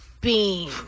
Bean